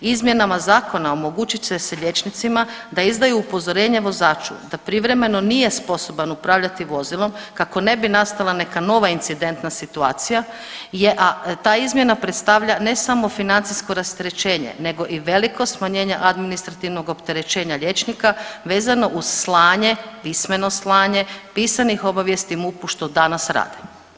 Izmjenama zakona omogućit će se liječnicima da izdaju upozorenje vozaču da privremeno nije sposoban upravljati vozilom kako ne bi nastala neka nova incidentna situacija, a ta izmjena predstavlja ne samo financijsko rasterećenje nego i veliko smanjenje administrativnog opterećenja liječnika vezano uz slanje pismeno slanje pisanih obavijesti MUP što danas rade.